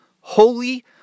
Holy